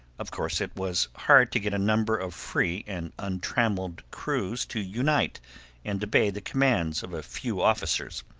of course it was hard to get a number of free and untrammelled crews to unite and obey the commands of a few officers.